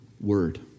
word